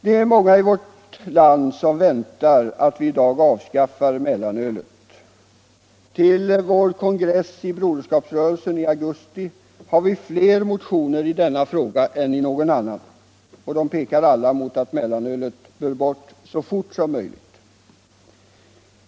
Många människor i vårt land väntar att vi i dag avskaffar mellanölet. Till Broderskapsrörelsens kongress i augusti har vi fler motioner i denna fråga än i någon annan, och de pekar alla mot att mellanölet bör bort så fort som möjligt.